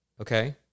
okay